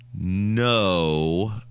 No